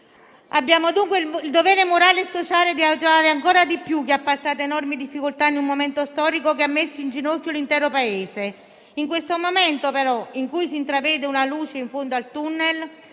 Abbiamo dunque il dovere morale e sociale di aiutare ancora di più chi ha attraversato enormi difficoltà in un momento storico che ha messo in ginocchio l'intero Paese. In questo momento in cui si intravede una luce in fondo al tunnel